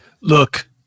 Look